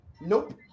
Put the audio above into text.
Nope